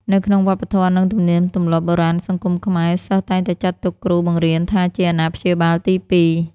នៅក្នុងវប្បធម៌និងទំនៀមទម្លាប់បុរាណសង្គមខ្មែរ សិស្សតែងតែចាត់ទុកគ្រូបង្រៀនថាជា អាណាព្យាបាលទីពីរ។